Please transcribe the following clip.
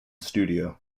studio